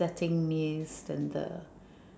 setting mist then the